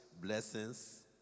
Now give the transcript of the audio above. blessings